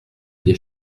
des